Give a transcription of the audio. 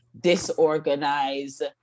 disorganized